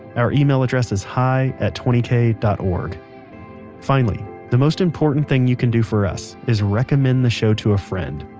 our email address is hi at twenty k dot org finally, the most important thing you can do for us is recommend the show to a friend.